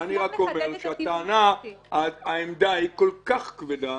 אני רק אומר שהעמדה היא כל כך כבדה